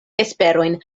esperojn